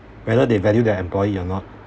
whether they value their employee or not